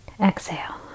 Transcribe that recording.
Exhale